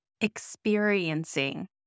experiencing